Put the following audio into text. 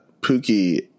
Pookie